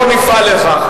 נפעל לכך.